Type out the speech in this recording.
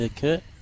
Kurt